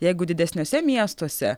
jeigu didesniuose miestuose